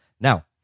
Now